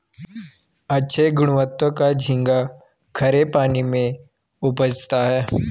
अच्छे गुणवत्ता का झींगा खरे पानी में उपजता है